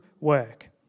work